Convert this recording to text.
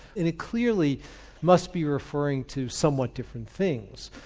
and it clearly must be referring to somewhat different things.